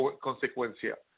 consecuencia